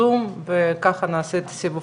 זום וככה נעשה את הסבב,